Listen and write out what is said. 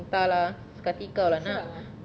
entah lah suka hati kau lah nak